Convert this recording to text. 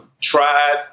tried